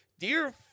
Dear